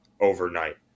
overnight